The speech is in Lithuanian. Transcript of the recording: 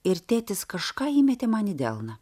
ir tėtis kažką įmetė man į delną